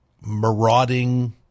marauding